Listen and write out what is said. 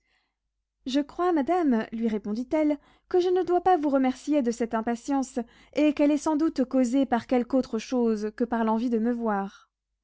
je crois madame lui répondit-elle que je ne dois pas vous remercier de cette impatience et qu'elle est sans doute causée par quelque autre chose que par l'envie de me voir